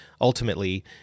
ultimately